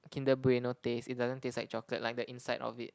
Kinder Bueno taste it doesn't taste like chocolate like the inside of it